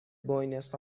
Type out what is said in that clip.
بوینس